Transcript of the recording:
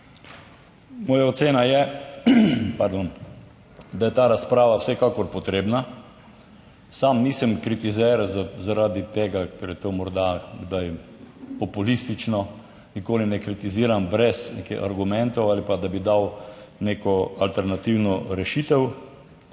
Moja ocena je, da je ta razprava vsekakor potrebna. Sam nisem kritizer zaradi tega, ker je to morda kdaj populistično, nikoli ne kritiziram brez nekih argumentov ali pa da bi dal neko alternativno rešitev.